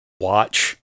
watch